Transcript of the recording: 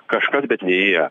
kažkas bet ne jie